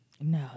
No